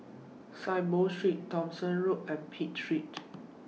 Saiboo Street Thomson Road and Pitt Street